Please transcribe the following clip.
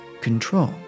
Control